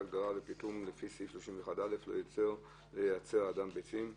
להדגרה או לפיטום לפי סעיף 31(א) לא ייצר אדם ביצים ---."